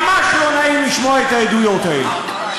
ממש לא נעים לשמוע את העדויות האלה,